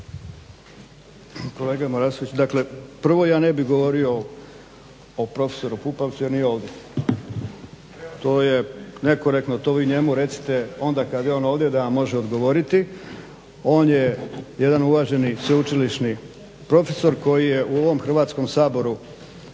Kolega Marasović dakle prvo ja ne bih govorio o prof. Pupovcu jer nije ovdje. To je nekorektno to vi njemu recite onda kada je on ovdje da vam može odgovoriti. On je jedan uvaženi sveučilišni profesor koji je u ovom Hrvatskom saboru